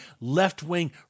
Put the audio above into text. left-wing